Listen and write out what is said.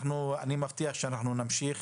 אני מבטיח שאנחנו נמשיך